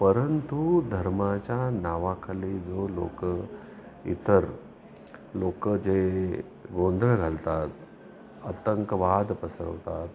परंतु धर्माच्या नावाखाली जो लोक इतर लोक जे गोंधळ घालतात आतंकवाद पसरवतात